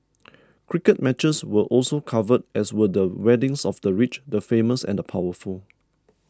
cricket matches were also covered as were the weddings of the rich the famous and the powerful